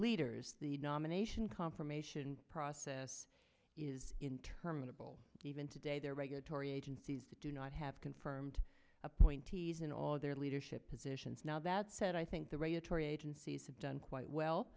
leaders the nomination confirmation process is interminable even today their regulatory agencies do not have confirmed appointees in all their leadership positions now that said i think the regulatory agencies have done quite well